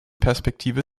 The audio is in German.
perspektive